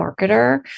marketer